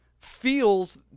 feels